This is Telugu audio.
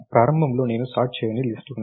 ప్రారంభంలో నేను సార్ట్ చేయని లిస్ట్ ఉంది